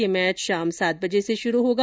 यह मैच शाम सात बजे से शुरू होगा